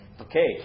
Okay